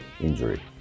injury